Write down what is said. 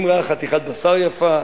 אם ראה חתיכת בשר יפה,